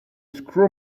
screw